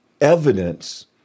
evidence